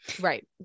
right